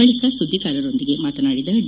ಬಳಿಕ ಸುದ್ದಿಗಾರರೊಂದಿಗೆ ಮಾತನಾಡಿದ ಡಿ